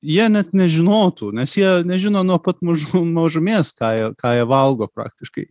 jie net nežinotų nes jie nežino nuo pat mažų mažumės ką jie ką jie valgo praktiškai